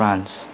France